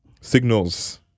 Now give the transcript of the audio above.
signals